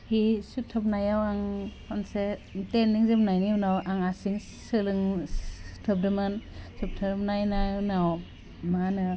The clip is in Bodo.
हि सुथाबनायाव आं मोनसे ट्रेनिं जोबनायनि उनाव आं सुथाबदोंमोन सुथाबनायना उनाव मा होनो